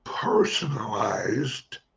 personalized